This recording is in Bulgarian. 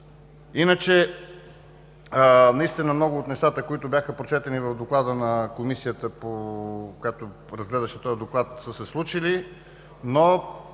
последствията. Много от нещата, които бяха прочетени в доклада на Комисията, която разглеждаше този доклад, са се случили, но